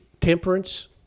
temperance